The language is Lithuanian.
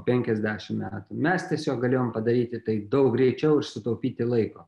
penkiasdešim metų mes tiesiog galėjom padaryti tai daug greičiau ir sutaupyti laiko